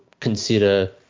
consider